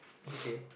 okay